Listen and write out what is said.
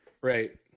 Right